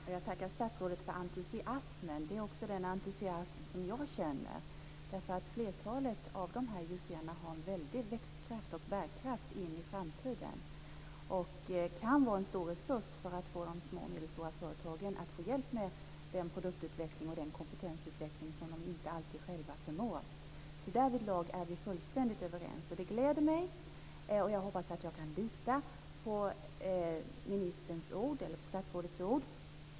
Fru talman! Jag tackar statsrådet för entusiasmen. Det är också den entusiasm som jag känner. Flertalet IUC har en väldig växtkraft och bärkraft in i framtiden. De kan vara en stor resurs för att de små och medelstora företagen skall få hjälp med den produktutveckling och den kompetensutveckling som de inte alltid själva förmår. Därvidlag är vi fullständigt överens. Det gläder mig. Jag hoppas att jag kan lita på statsrådets ord.